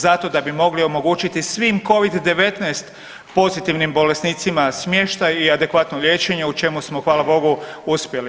Zato da bi mogli omogućiti svim Covid-19 pozitivnim bolesnicima smještaj i adekvatno liječenje, u čemu smo, hvala Bogu, uspjeli.